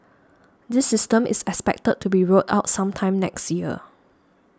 this system is expected to be rolled out sometime next year